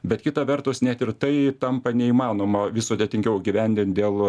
bet kita vertus net ir tai tampa neįmanoma vis sudėtingiau įgyvendint dėl